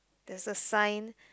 there's a sign